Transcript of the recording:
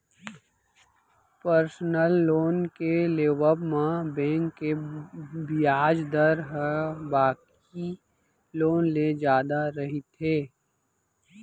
personal loan के लेवब म बेंक के बियाज दर ह बाकी लोन ले जादा रहिथे